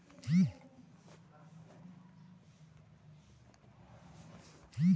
अर्थशास्त्र में वस्तु आउर सेवा के उत्पादन, वितरण, विनिमय आउर उपभोग क अध्ययन किहल जाला